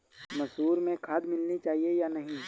मसूर में खाद मिलनी चाहिए या नहीं?